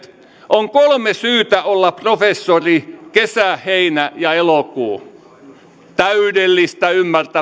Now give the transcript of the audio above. on kolme syytä olla professori kesä heinä ja elokuu täydellistä ymmärtämättömyyttä